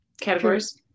categories